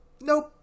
nope